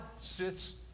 sits